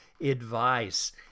advice